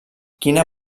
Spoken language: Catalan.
quina